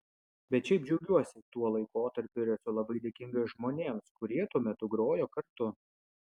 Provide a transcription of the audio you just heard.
bet šiaip džiaugiuosi tuo laikotarpiu ir esu labai dėkingas žmonėms kurie tuo metu grojo kartu